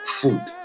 food